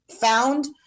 found